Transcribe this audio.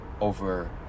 over